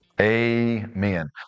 Amen